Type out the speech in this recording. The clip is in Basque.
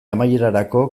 amaierarako